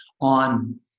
on